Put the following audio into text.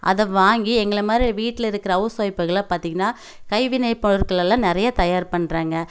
அதை வாங்கி எங்களை மாதிரி வீட்டில் இருக்கிற ஹௌஸ் ஒய்ப்புகளை பார்த்தீங்கன்னா கைவினை பொருட்கள் எல்லாம் நிறைய தயார் பண்ணுறாங்க